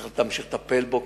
צריך להמשיך לטפל בו,